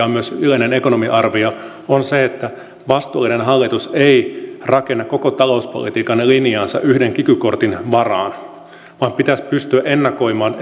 on myös yleinen ekonomiarvio että vastuullinen hallitus ei rakenna koko talouspolitiikan linjaansa yhden kiky kortin varaan vaan pitäisi pystyä ennakoimaan